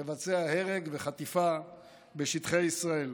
לבצע הרג וחטיפה בשטחי ישראל.